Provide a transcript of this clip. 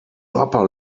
upper